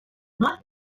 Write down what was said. nord